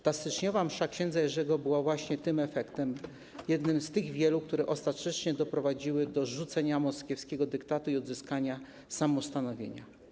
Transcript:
Ta styczniowa msza ks. Jerzego była właśnie tym efektem, jednym z tych wielu, które ostatecznie doprowadziły do zrzucenia moskiewskiego dyktatu i odzyskania samostanowienia.